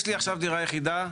יש לי עכשיו דירה יחידה,